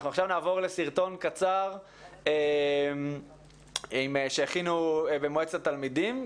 אנחנו עכשיו נעבור לסרטון קצר שהכינו במועצת התלמידים,